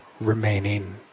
remaining